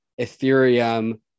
Ethereum